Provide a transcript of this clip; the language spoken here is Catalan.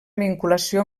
vinculació